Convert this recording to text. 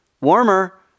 Warmer